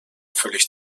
völlig